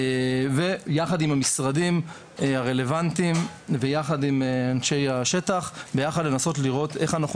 יחד עם המשרדים הרלוונטיים ועם אנשי השטח לנסות לראות איך אנחנו